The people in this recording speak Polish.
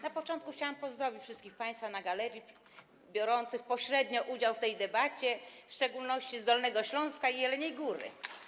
Na początku chciałam pozdrowić wszystkich państwa na galerii biorących pośrednio udział w tej debacie, w szczególności z Dolnego Śląska i Jeleniej Góry.